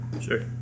Sure